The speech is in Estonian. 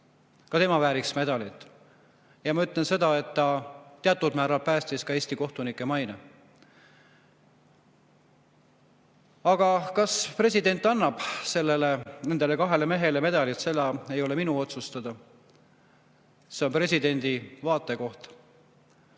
Ka tema vääriks medalit. Ma ütlen seda, et ta teatud määral päästis ka Eesti kohtunike maine. Aga kas president annab nendele kahele mehele medalid, see ei ole minu otsustada, see on presidendi vaatekoht.